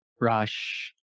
Rush